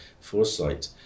foresight